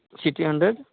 city hundred